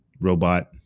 robot